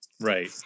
right